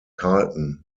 carlton